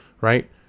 right